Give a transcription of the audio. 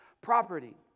property